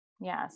Yes